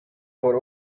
for